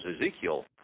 Ezekiel